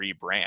rebrand